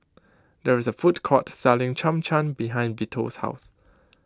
there is a food court selling Cham Cham behind Vito's house